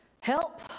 Help